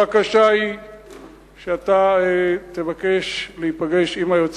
הבקשה היא שאתה תבקש להיפגש עם היועץ